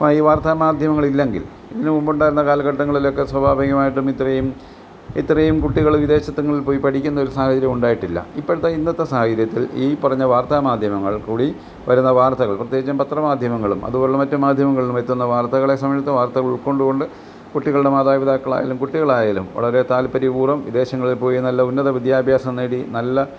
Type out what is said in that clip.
ആ ഈ വാർത്താമാധ്യമങ്ങൾ ഇല്ലെങ്കിൽ ഇതിനുമുമ്പുണ്ടായിരുന്ന കാലഘട്ടങ്ങളിലൊക്കെ സ്വാഭാവികമായിട്ടും ഇത്രയും ഇത്രയും കുട്ടികൾ വിദേശങ്ങളിൽ പോയി പഠിക്കുന്ന ഒരു സാഹചര്യം ഉണ്ടായിട്ടില്ല ഇപ്പോഴത്തെ ഇന്നത്തെ സാഹചര്യത്തിൽ ഈ പറഞ്ഞ വാർത്താമാധ്യമങ്ങളിൽക്കൂടി വരുന്ന വാർത്തകൾ പ്രത്യേകിച്ചും പത്രമാധ്യമങ്ങളും അതുപോലുള്ള മറ്റു മാധ്യമങ്ങളിലും എത്തുന്ന വാർത്തകളെ സംബന്ധിച്ച് വാർത്തകൾ ഉൾക്കൊണ്ടുകൊണ്ട് കുട്ടികളുടെ മാതാപിതാക്കളായാലും കുട്ടികൾ ആയാലും വളരെ താല്പര്യപൂർവ്വം വിദേശങ്ങളിൽ പോയി നല്ല ഉന്നത വിദ്യാഭ്യാസം നേടി നല്ല